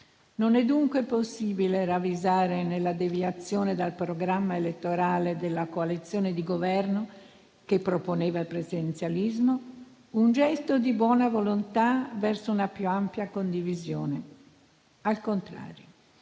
Non è dunque possibile ravvisare nella deviazione dal programma elettorale della coalizione di Governo che proponeva il presidenzialismo un gesto di buona volontà verso una più ampia condivisione. Al contrario,